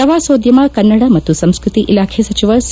ಪ್ರವಾಸೋದ್ದಮ ಕನ್ನಡ ಮತ್ತು ಸಂಸ್ಕೃತಿ ಇಲಾಖೆ ಸಚಿವ ಸಿ